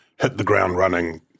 hit-the-ground-running